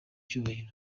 cyubahiro